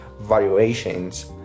valuations